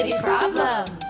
Problems